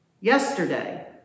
Yesterday